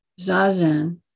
zazen